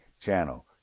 Channel